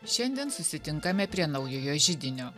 šiandien susitinkame prie naujojo židinio